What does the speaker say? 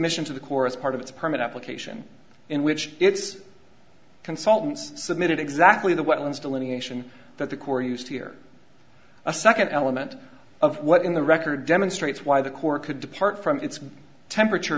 submission to the core as part of its permit application in which its consultants submitted exactly the wetlands delineation that the corps used here a second element of what in the record demonstrates why the corps could depart from its temperature